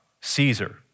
Caesar